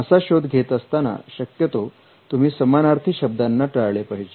असा शोध घेत असताना शक्यतो तुम्ही समानार्थी शब्दांना टाळले पाहिजे